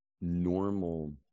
normal